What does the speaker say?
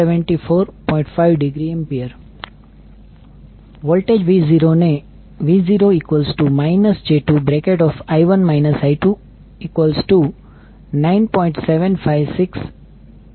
5°A voltage V0ને V0 j29